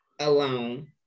alone